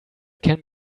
can